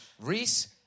Reese